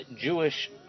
Jewish